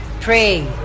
pray